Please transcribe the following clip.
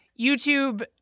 YouTube